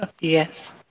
Yes